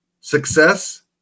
Success